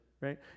right